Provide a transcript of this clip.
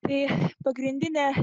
tai pagrindinė